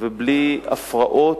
ובלי הפרעות,